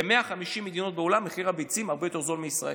ב-150 מדינות בעולם מחיר הביצים הרבה יותר נמוך מבישראל.